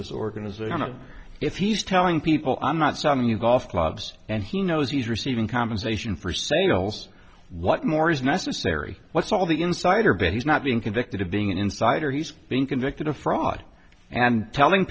this organization and if he's telling people i'm not some new golf clubs and he knows he's receiving compensation for sales what more is necessary what's all the insider but he's not being convicted of being an insider he's been convicted of fraud and telling